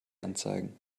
anzeigen